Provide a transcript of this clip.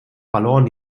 verloren